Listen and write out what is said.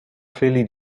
clearly